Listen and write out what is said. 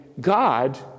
God